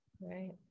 right